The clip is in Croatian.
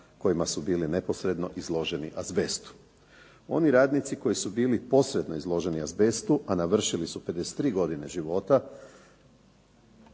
kojima su bili neposredno izloženi azbestu. Oni radnici koji su bili posredno izloženi azbestu, a navršili su 53 godine života